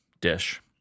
dish